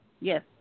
Yes